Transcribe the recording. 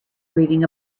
reading